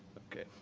ok,